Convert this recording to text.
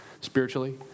spiritually